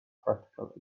practical